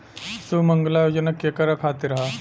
सुमँगला योजना केकरा खातिर ह?